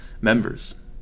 members